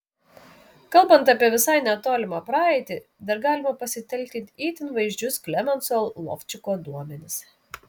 kalbant apie visai netolimą praeitį dar galima pasitelkti itin vaizdžius klemenso lovčiko duomenis